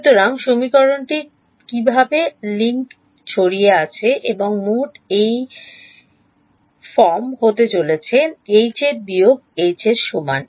সুতরাং সমীকরণটিতে কীভাবে লিঙ্ক ছড়িয়ে আছে এবং মোট এটি এই ফর্ম হতে চলেছে এইচ এর বিয়োগ H এর সমান